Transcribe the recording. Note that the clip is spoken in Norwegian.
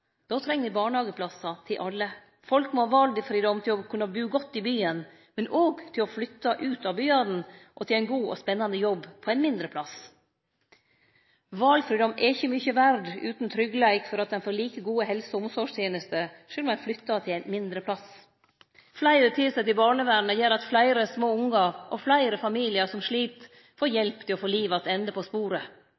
Då treng me barnehageplassar til alle. Folk må ha valfridom til å kunne bu godt i byen, men òg til å flytte ut av byen og til ein god og spennande jobb på ein mindre plass. Valfridom er ikkje mykje verd utan tryggleik for at ein får like gode helse- og omsorgstenester sjølv om ein flyttar til ein mindre plass. Fleire tilsette i barnevernet gjer at fleire små ungar og familiar som slit, får